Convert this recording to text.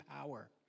power